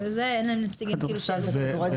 אין להם נציגים שיעלו בזום.